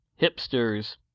hipsters